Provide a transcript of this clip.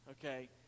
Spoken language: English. Okay